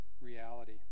reality